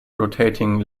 rotating